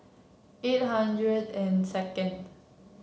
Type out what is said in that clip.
eight hundred and second